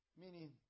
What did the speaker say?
Meaning